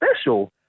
special